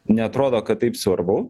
neatrodo kad taip svarbu